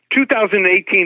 2018